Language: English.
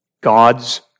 God's